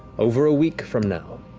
over a week from now.